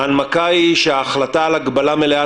ההנמקה היא שההחלטה על הגבלה מלאה